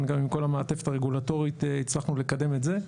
גם עם כל המעטפת הרגולטורית הצלחנו לקדם את זה.